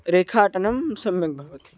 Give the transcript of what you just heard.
रेखाटनं सम्यक् भवति